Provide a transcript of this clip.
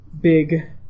big